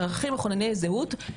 ערכים מכונני זהות,